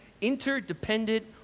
interdependent